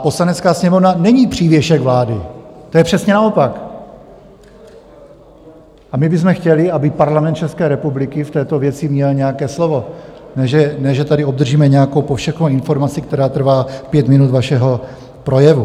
Poslanecká sněmovna není přívěšek vlády, to je přesně naopak, a my bychom chtěli, aby Parlament České republiky v této věci měl nějaké slovo, ne že tady obdržíme nějakou povšechnou informaci, která trvá pět minut vašeho projevu.